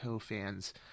fans